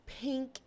pink